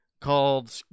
Called